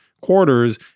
quarters